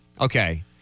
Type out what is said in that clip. Okay